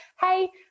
hey